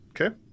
Okay